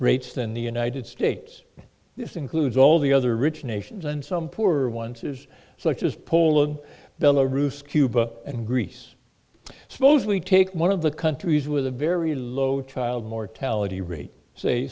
rates than the united states this includes all the other rich nations and some poorer ones is such as poland the roof's cuba and greece suppose we take one of the countries with a very low child mortality rate say